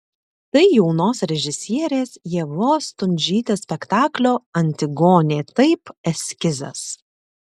tai jaunos režisierės ievos stundžytės spektaklio antigonė taip eskizas